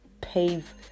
pave